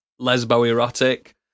lesbo-erotic